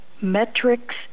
metrics